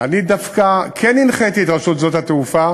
אני דווקא כן הנחיתי את רשות שדות התעופה